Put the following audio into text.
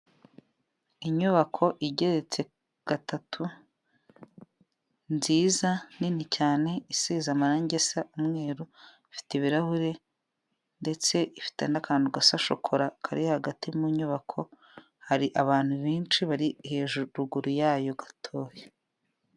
Inyubako igeretse gatatu nziza nini cyane isiza amarange asa umweru, ifite ibirahure ndetse ifite n'akantu gasa shokora kari hagati mu nyubako, hari abantu benshi bari hejuru ruguru yayo gatoya.